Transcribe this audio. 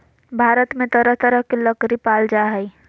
भारत में तरह तरह के लकरी पाल जा हइ